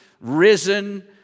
risen